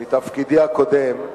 בתפקידי הקודם,